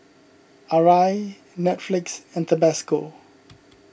Arai Netflix and Tabasco